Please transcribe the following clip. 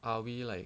are we like